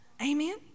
Amen